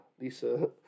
Lisa